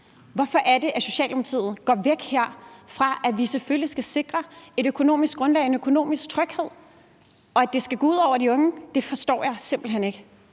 Hvorfor er det, at Socialdemokratiet her går væk fra, at vi selvfølgelig skal sikre et økonomisk grundlag og en økonomisk tryghed? Og at det skal gå ud over de unge, forstår jeg simpelt hen ikke.